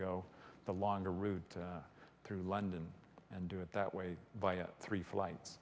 go the longer route through london and do it that way by three flights